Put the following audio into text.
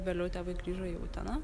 vėliau tėvai grįžo į uteną